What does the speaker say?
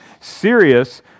serious